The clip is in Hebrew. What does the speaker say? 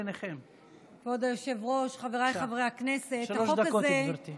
כבוד היושב-ראש, חבריי חברי הכנסת, החוק הזה,